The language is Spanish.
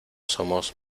somos